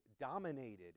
dominated